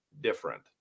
different